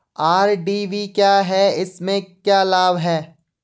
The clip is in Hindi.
आई.डी.वी क्या है इसमें क्या लाभ है?